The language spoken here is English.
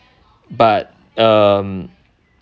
but um